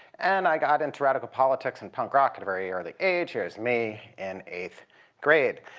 and i got into radical politics and punk rock at a very early age. here is me in eighth grade.